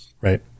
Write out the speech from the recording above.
right